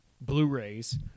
blu-rays